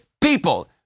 people